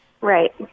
Right